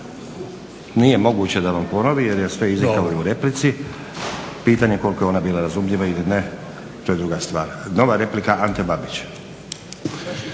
Nije moguće da vam ponovi jer je sve izrekao u replici. Pitanje koliko je ona bila razumljiva ili ne to je druga stvar. Nova replika Ante Babić.